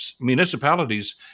municipalities